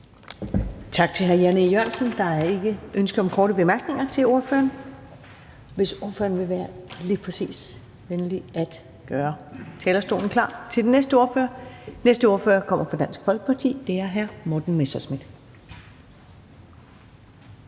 Tak til hr. Jan E. Jørgensen. Der er ikke ønsker om korte bemærkninger til ordføreren. Jeg vil bede ordføreren om at gøre talerstolen klar til næste ordfører, som kommer fra Dansk Folkeparti, og det er hr. Morten Messerschmidt.